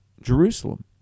Jerusalem